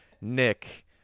Nick